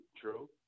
True